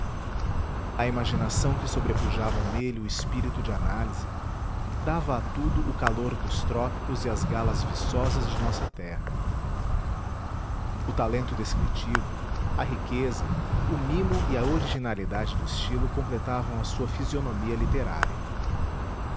a imaginação que sobrepujava nele o espírito de análise dava a tudo o calor dos trópicos e as galas viçosas de nossa terra o talento descritivo a riqueza o mimo e a originalidade do estilo completavam a sua fisionomia literária